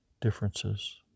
differences